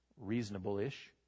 reasonable-ish